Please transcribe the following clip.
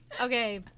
Okay